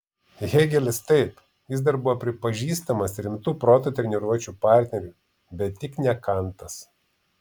hėgelis taip jis dar buvo pripažįstamas rimtu proto treniruočių partneriu bet tik ne kantas